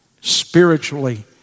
Spiritually